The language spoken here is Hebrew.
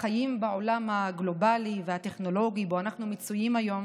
החיים בעולם הגלובלי והטכנולוגי שבו אנחנו מצויים היום